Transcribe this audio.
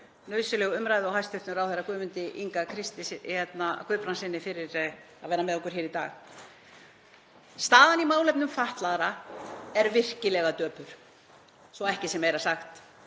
nauðsynlegu umræðu og hæstv. ráðherra Guðmundi Inga Guðbrandssyni fyrir að vera með okkur hér í dag. Staðan í málefnum fatlaðra er virkilega döpur, svo ekki sé meira sagt.